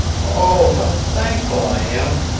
oh, how thankful i am!